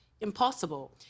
impossible